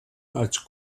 als